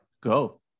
go